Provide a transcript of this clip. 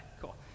cool